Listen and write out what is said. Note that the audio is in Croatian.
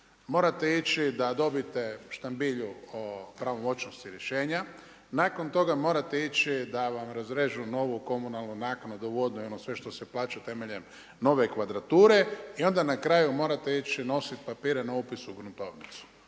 Morate ići da dobijete štambilj o pravomoćnosti rješenja, nakon toga morate ići da vam razrežu novu komunalnu naknadu vodnu i ono sve što se plaća temeljem nove kvadrature i onda na kraju morate ići nositi papire na upis u gruntovnicu.